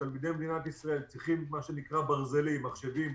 שתלמידי מדינת ישראל צריכים מה שנקרא "ברזלים" מחשבים,